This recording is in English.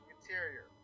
Interior